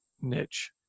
niche